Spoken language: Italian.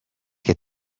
che